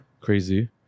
crazy